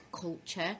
culture